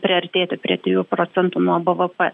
priartėti prie trijų procentų nuo bvp